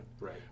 Right